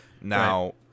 Now